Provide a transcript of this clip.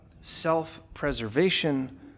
self-preservation